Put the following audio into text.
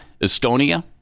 Estonia